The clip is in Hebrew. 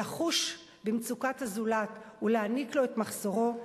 לחוש במצוקת הזולת ולהעניק לו את מחסורו,